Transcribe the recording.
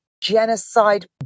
genocide